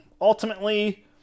ultimately